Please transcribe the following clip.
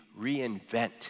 reinvent